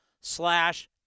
slash